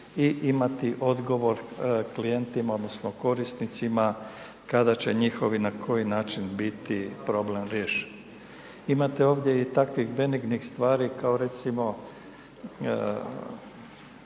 i imati odgovor klijentima odnosno korisnicima kada će njihovi, na koji način biti problem riješen. Imate ovdje i takvih benignih stvari kao recimo